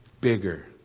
bigger